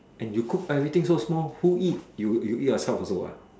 and you cook everything so small who eat you you eat yourself also what